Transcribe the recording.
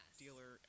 dealer